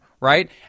right